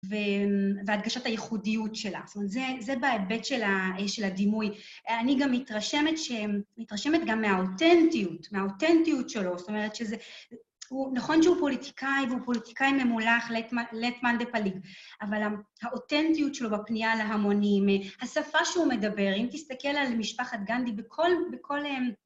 וההדגשת הייחודיות שלה. זאת אומרת, זה בהיבט של הדימוי. אני גם מתרשמת גם מהאותנטיות, מהאותנטיות שלו. זאת אומרת שזה... נכון שהוא פוליטיקאי, והוא פוליטיקאי ממולך לית מאן דפליג, אבל האותנטיות שלו בפנייה להמונים, השפה שהוא מדבר, אם תסתכל על משפחת גנדי בכל...